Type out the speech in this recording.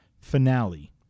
finale